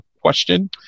question